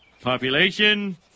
Population